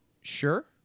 Sure